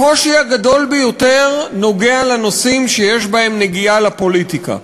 הקושי הגדול ביותר נוגע לנושאים שיש בהם נגיעה לפוליטיקה.